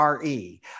RE